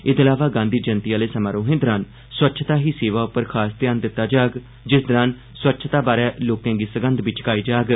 एह्दे अलावा गांधी जयंती आह्ले समारोहें दौरान स्वच्छता ही सेवा उप्पर खास ध्यान दित्ता जाग जिस दौरान स्वच्छता बारै लोकें गी सगंध बी चुकाई जाग